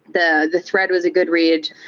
the the thread was a good read.